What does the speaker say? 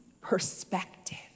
perspective